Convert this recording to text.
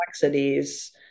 complexities